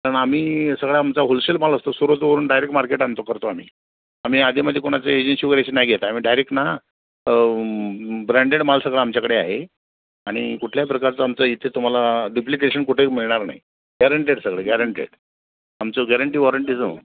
कारण आम्ही सगळा आमचा होलसेल माल असतो सुरतवरून डायरेक्ट मार्केट आणतो करतो आम्ही आम्ही अधेमध्ये कोणाचं एजन्सी वगैरे असे नाही घेत आम्ही डायरेक ना ब्रँडेड माल सगळं आमच्याकडे आहे आणि कुठल्याही प्रकारचं आमचं इथे तुम्हाला डुप्लिकेशन ठेही मिळणार नाही गॅरंटेड सगळे गॅरंटेड आमचं गॅरंटी वॉरंटीचं हो